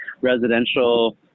residential